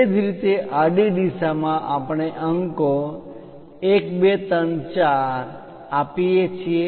એ જ રીતે આડી દિશામાં આપણે અંકો 1 2 3 અને 4 આપીએ છીએ